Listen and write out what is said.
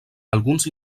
alguns